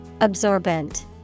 Absorbent